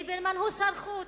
ליברמן הוא שר החוץ,